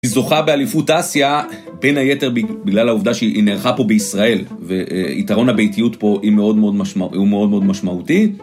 היא זוכה באליפות אסיה, בין היתר בגלל העובדה שהיא נערכה פה בישראל, ויתרון הביתיות פה הוא מאוד מאוד משמעותי.